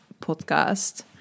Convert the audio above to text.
podcast